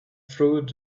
through